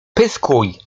pyskuj